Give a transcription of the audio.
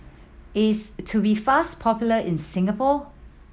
is Tubifast popular in Singapore